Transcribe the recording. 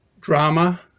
drama